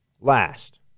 last